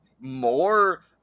more